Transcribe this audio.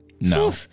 No